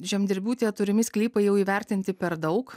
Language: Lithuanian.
žemdirbių turimi sklypai jau įvertinti per daug